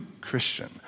Christian